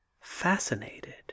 Fascinated